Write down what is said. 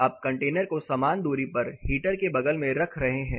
आप कंटेनर को समान दूरी पर हीटर के बगल में रख रहे हैं